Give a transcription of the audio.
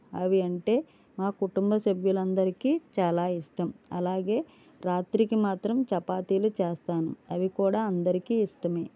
అవి అంటే మా కుటుంబ సభ్యులందరికీ చాలా ఇష్టం అలాగే రాత్రికి మాత్రం చపాతీలు చేస్తాను అవి కూడా అందరికీ ఇష్టమే